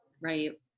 Right